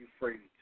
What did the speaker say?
Euphrates